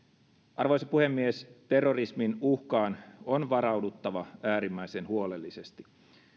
arvoisa puhemies terrorismin uhkaan on varauduttava äärimmäisen huolellisesti